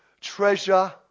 treasure